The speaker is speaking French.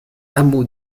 hameau